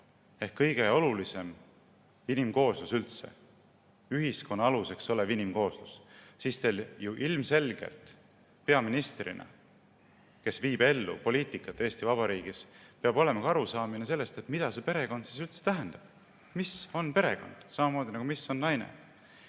ehk kõige olulisem inimkooslus üldse, ühiskonna aluseks olev inimkooslus –, siis teil ju ilmselgelt peaministrina, kes viib ellu poliitikat Eesti Vabariigis, peab olema ka arusaamine sellest, mida see perekond üldse tähendab. Mis on perekond? Samamoodi nagu see